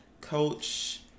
coach